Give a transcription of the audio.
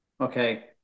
okay